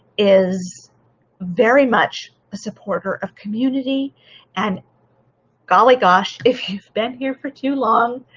is very much a supporter of community and golly gosh, if you've been here for too long,